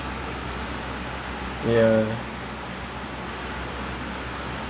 oh this macam fly tinggi tinggi ah abeh selepas itu orang tak nampak gitu